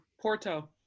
Porto